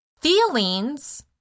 Feelings